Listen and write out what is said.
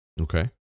Okay